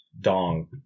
Dong